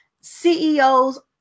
CEOs